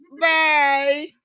Bye